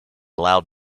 loud